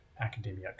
academia